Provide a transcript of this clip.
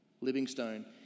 Livingstone